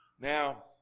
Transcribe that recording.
Now